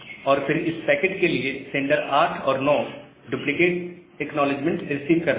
और फिर इस पैकेट के लिए सेंडर 8 और 9 डुप्लीकेट एक्नॉलेजमेंट रिसीव कर रहा है